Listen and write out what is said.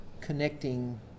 connecting